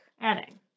adding